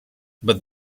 but